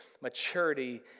maturity